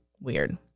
Weird